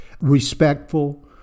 respectful